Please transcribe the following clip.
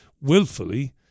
willfully